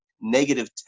negative